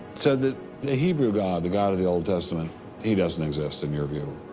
so the the hebrew god, the god of the old testament he doesn't exist in your view? ah,